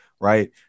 Right